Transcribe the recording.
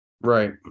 Right